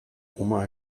oma